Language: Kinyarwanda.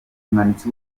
umwanditsi